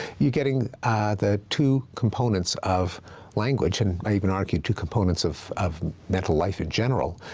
you're getting the two components of language, and you can argue two components of of mental life in general,